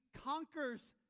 conquers